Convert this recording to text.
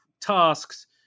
tasks